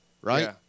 Right